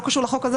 לא קשור לחוק הזה,